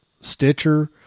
Stitcher